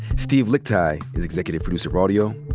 steve lickteig is executive producer of audio.